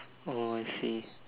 oh I see